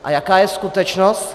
A jaká je skutečnost?